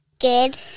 Good